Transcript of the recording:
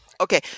Okay